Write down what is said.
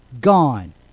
Gone